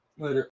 later